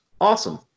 Awesome